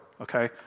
okay